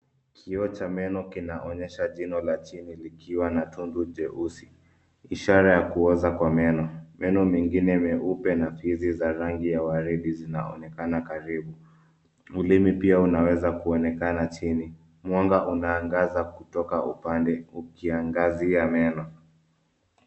Kioo cha meno kinaonyesha jino la chini likiwa na tundu jeusi. Ishara ya kuoza kwa meno. Meno mengine meupe na fizi za rangi ya waridi zinaonekana karibu. Ulimi pia unaweza kuonekana chini. Mwanga unaangaza kutoka upande ukiangazia ya meno.